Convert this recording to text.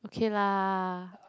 okay lah